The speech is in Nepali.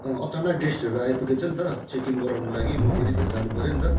अचानक गेस्टहरू आइपुगेछ अन्त चेक इन गराउनको लागि म फेरि त्यहाँ जानु पर्यो अन्त